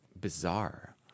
bizarre